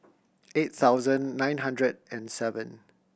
eight thousand nine hundred and seven